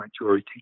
majority